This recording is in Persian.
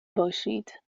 باشید